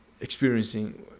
experiencing